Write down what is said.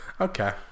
okay